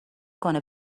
کنه